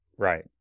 Right